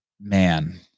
man